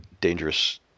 dangerous